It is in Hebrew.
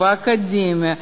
באקדמיה,